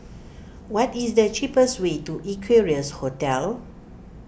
what is the cheapest way to Equarius Hotel